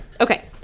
Okay